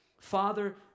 Father